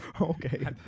okay